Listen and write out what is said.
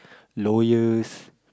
lawyers